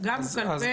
גם כלפי הנשים.